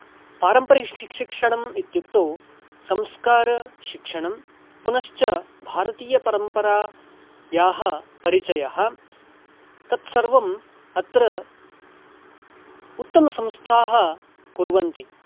पारम्परिकशिक् शिक्षणम् इत्युक्तौ संस्कारशिक्षणं पुनश्च भारतीयपरम्परायाः परिचयः तत्सर्वम् अत्र उत्तमसंस्थाः कुर्वन्ति